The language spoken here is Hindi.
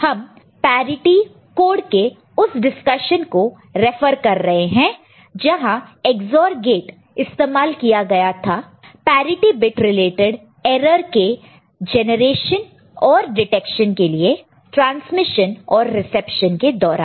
हम पैरिटि कोड के उस डिस्कशन को रेफर कर रहे हैं जहां EX OR गेट इस्तेमाल किया गया था पैरिटि बिट रिलेटेड एरर के जेनरेशन और डिटेक्शन के लिए ट्रांसमिशन और रिसेप्शन के दौरान